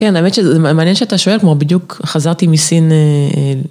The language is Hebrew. כן האמת שזה מעניין שאתה שואל כמו בדיוק חזרתי מסין.